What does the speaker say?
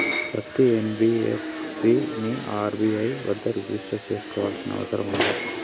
పత్తి ఎన్.బి.ఎఫ్.సి ని ఆర్.బి.ఐ వద్ద రిజిష్టర్ చేసుకోవాల్సిన అవసరం ఉందా?